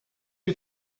you